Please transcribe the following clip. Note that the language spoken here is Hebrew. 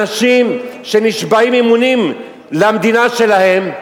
אנשים שנשבעים אמונים למדינה שלהם,